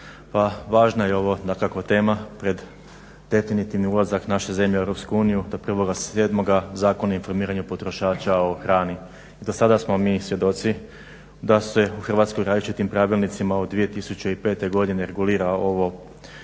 Pa važna je ovo dakako tema pred definitivni ulazak naše zemlje u EU, do 1.7. Zakon o informiranju potrošača o hrani. I do sada smo mi svjedoci da se u Hrvatskoj različitim pravilnicima od 2005. godine regulira ovo